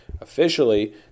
Officially